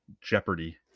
Jeopardy